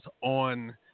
on